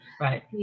Right